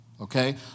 okay